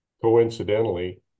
Coincidentally